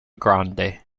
grande